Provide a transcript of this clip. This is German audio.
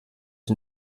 den